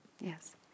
Yes